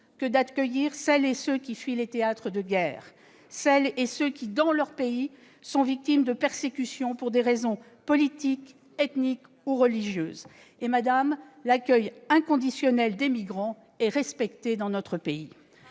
que d'accueillir celles et ceux qui fuient les théâtres de guerre, celles et ceux qui, dans leur pays, sont victimes de persécutions pour des raisons politiques, ethniques ou religieuses. L'accueil inconditionnel des migrants est respecté dans notre pays.